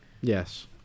Yes